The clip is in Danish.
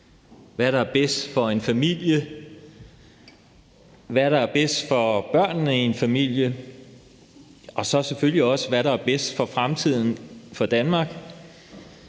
hvad der er bedst for en familie, hvad der er bedst for børnene i en familie, og selvfølgelig også, hvad der er bedst for fremtiden for Danmark.